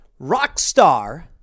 Rockstar